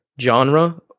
genre